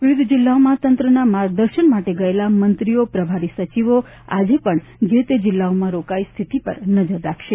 વિવિધ જિલ્લાઓમાં તંત્રના માર્ગદર્શન માટે ગયેલા મંત્રીઓ પ્રભારી સચિવો આજે પણ જે તે જિલ્લાઓમાં રોકાઈ સ્થિતિ પર નજર રાખશે